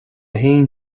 haon